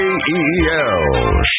K-E-E-L